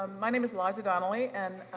my name is liza donnelly and